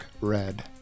red